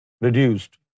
reduced